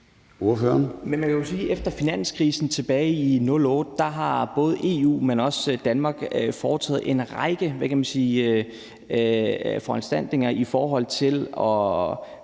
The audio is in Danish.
efter finanskrisen tilbage i 2008 har både EU, men også Danmark foretaget en række, hvad kan man sige, foranstaltninger i forhold til